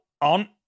on